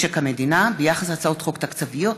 משק המדינה ביחס להצעות חוק תקציביות,